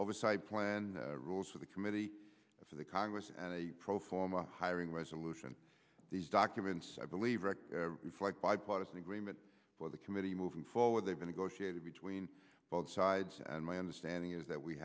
oversight plan rules of the committee for the congress and a pro forma hiring resolution these documents i believe record reflect bipartisan agreement for the committee moving forward they're going to go she added between both sides and my understanding is that we